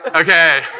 okay